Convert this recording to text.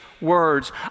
words